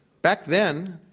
back then,